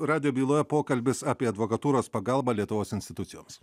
radijo byloje pokalbis apie advokatūros pagalbą lietuvos institucijoms